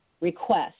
request